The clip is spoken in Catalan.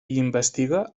investiga